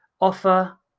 offer